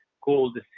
called